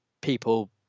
people